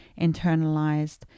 internalized